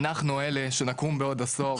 אנחנו אלה שנקום בעוד עשור,